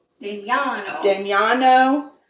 Damiano